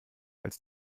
als